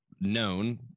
known